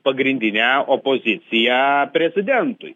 pagrindinę opoziciją prezidentui